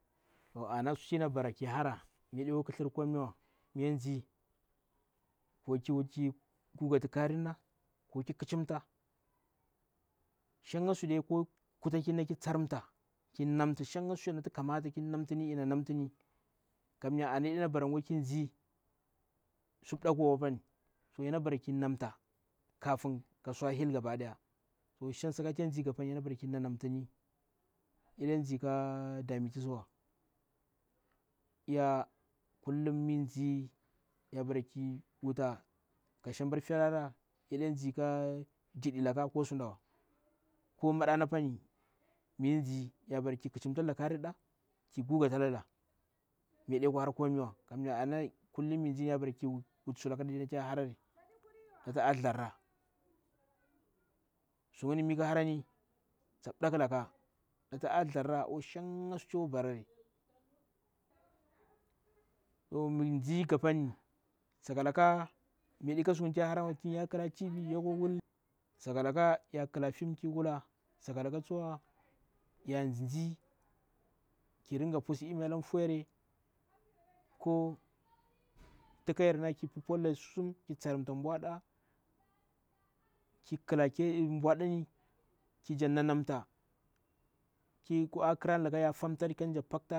To ana shan sutu yana bara ki hara, mi yaɗe kwa kisthirwa yana bara ko ki gugati karinna, ko ki kicinmta, shanga suɗe ko kutakinna ki tsarimta. Ki namti shanga suyere natu kamata ki namta ki namtini. Kamya ana yaɗe na bara gwa kindzi su mpdakuiuwa pani. Yana bara ki mnamta zukuu so hil gapani. So shan sakati nagantani yaɗe ndzi ka dametusiwa. Iya kullum mi ndzi yabara ki wuta ka shambar ferara yaɗe ndzi ka dini laka kwa sudawa. Ko maɗana pani miyan ndzi yabara ko ki khdinta tada karinda ki gugata lada. Mi yadekwa hara kwamiwa. Kamya ana yana bara kullum mi ndzi yabar ku wuti sulala a tuya kawa harari natu a thdjarra. Sungini mi ikharani na mbdakhilaka a thdgarra oa shanga sutu yakwa barari so mi ndzi gapani sakalaka miyadeka sutu ya harawa tun ya khla tv yakwa wul, sakalaka ya khla tv ki wula film, sakalaka ya ndzin ndzi ki dinga pussu imi ala fuyere ko mtakayereuna ki pour lada sussum, ki tsa rimta mbwaɗa ki khula mbwaɗani ki jannanamta ko khirani laka yafamtari lah kanjank panta kan.